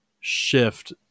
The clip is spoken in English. shift